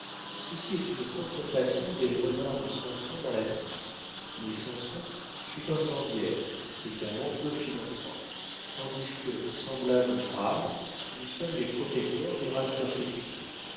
ceci est une contrefaçon des renards de samson dans la bible mais samson fut incendiaire et conséquemment peu philanthrope tandis que semblables aux brahmes nous sommes les protecteurs des races persécutées